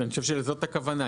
אני חושב שזאת הכוונה,